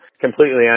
completely